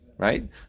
right